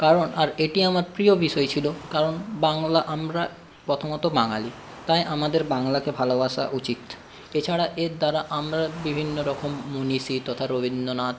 কারণ আর এটি আমার প্রিয় বিষয় ছিলো কারণ বাংলা আমরা প্রথমত বাঙালি তাই আমাদের বাংলাকে ভালোবাসা উচিত এছাড়া এর দ্বারা আমরা বিভিন্ন রকম মনীষী তথা রবীন্দ্রনাথ